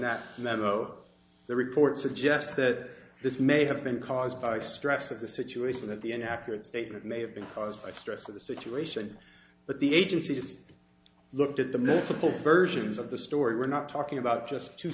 that memo the report suggests that this may have been caused by stress of the situation that the an accurate statement may have been caused by stress of the situation but the agency just looked at the mythical versions of the story we're not talking about just two